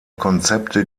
konzepte